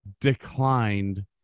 declined